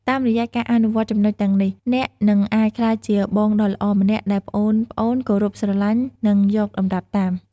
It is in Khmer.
តាមរយៈការអនុវត្តចំណុចទាំងនេះ អ្នកនឹងអាចក្លាយជាបងដ៏ល្អម្នាក់ដែលប្អូនៗគោរពស្រឡាញ់ និងយកតម្រាប់តាម ។